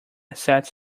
sets